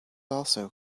also